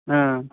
ஆ